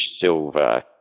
silver